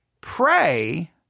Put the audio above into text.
pray